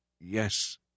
Yes